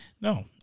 No